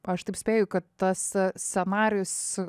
aš taip spėju kad tas scenarijus